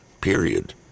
period